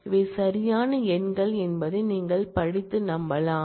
இவை சரியான எண்கள் என்பதை நீங்கள் படித்து நம்பலாம்